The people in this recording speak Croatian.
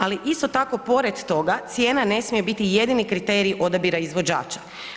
Ali isto tako pored toga, cijena ne smije biti jedini kriterij odabira izvođača.